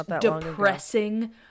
depressing